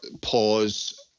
pause